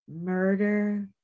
murder